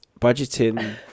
budgeting